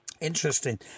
Interesting